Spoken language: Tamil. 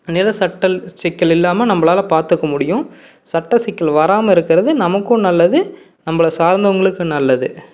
நில சட்டச் சிக்கல் இல்லாமல் நம்மளால பார்த்துக்க முடியும் சட்டச் சிக்கல் வராமல் இருக்கிறது நமக்கும் நல்லது நம்மள சார்ந்தவங்களுக்கும் நல்லது